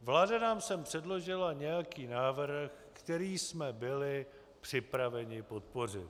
Vláda nám sem předložila nějaký návrh, který jsme byli připraveni podpořit.